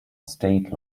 state